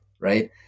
right